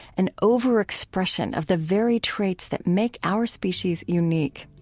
an overexpression of the very traits that make our species unique.